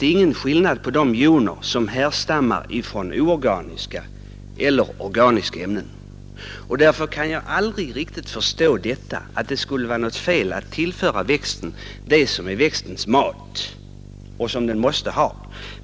ingen skillnad mellan de joner som härstammar från oorganiska och från organiska ämnen. Därför kan jag aldrig riktigt förstå att det skulle vara något fel att tillföra växten det som är växtens mat och som den måste ha.